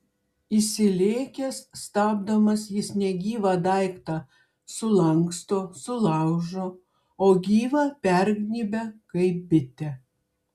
įsilėkęs stabdomas jis negyvą daiktą sulanksto sulaužo o gyvą pergnybia kaip bitę